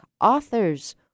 authors